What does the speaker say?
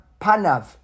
panav